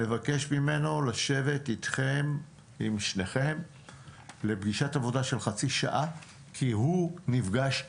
נבקש ממנו לשבת עם שניכם לפגישת עבודה של חצי שעה כי הוא נפגש הרבה.